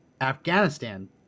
Afghanistan